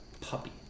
puppy